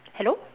hello